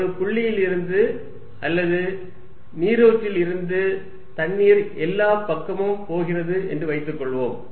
ஒரு புள்ளியிலிருந்து அல்லது நீரூற்றில் இருந்து தண்ணீர் எல்லா பக்கமும் போகிறது என்று வைத்துக்கொள்வோம்